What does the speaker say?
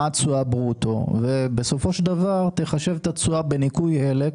מה התשואה ברוטו ובסופו של דבר תחשב את התשואה בניכוי אלה,